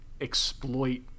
exploit